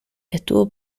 estuvo